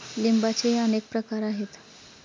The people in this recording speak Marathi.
लिंबाचेही अनेक प्रकार आहेत